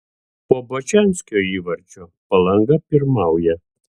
po bačanskio įvarčio palanga pirmauja